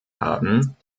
haben